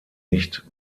nicht